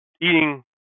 eating